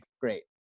great